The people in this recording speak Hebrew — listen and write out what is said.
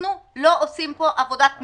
אנחנו לא עושים פה עבודת מחקר,